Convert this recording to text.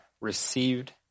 received